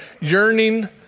yearning